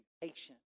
patient